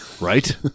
Right